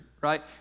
right